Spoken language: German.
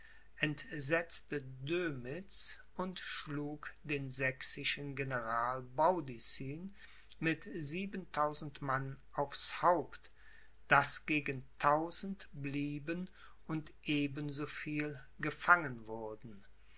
entsetzte dömitz und schlug den sächsischen general baudissin mit siebentausend mann aufs haupt daß gegen tausend blieben und eben so viel gefangen wurden